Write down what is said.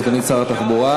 סגנית שר התחבורה.